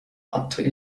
أطفئ